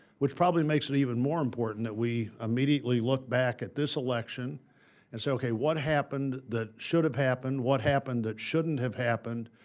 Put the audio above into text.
which probably makes it even more important that we immediately look back at this election and say, okay, what happened that should have happened? what happened that shouldn't have happened?